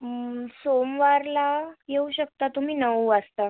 सोमवारला येऊ शकता तुम्ही नऊ वाजता